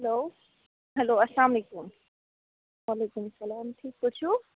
hello hello اَسلام علیکُم وعلیکُم اسلام ٹھیٖک پٲٹھۍ چھِو